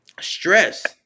stress